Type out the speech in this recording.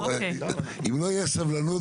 אם לא תהיה סבלנות,